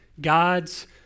God's